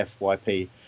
FYP